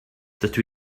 dydw